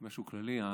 משהו כללי.